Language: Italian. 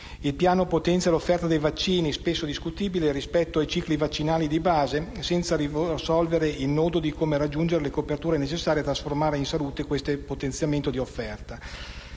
il Piano potenzia l'offerta di vaccini, spesso discutibile, rispetto ai cicli vaccinali di base, senza risolvere il nodo di come raggiungere le coperture necessarie a trasformare in salute questo potenziamento di offerta.